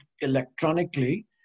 electronically